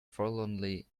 forlornly